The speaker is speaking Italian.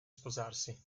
sposarsi